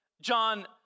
John